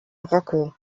rocco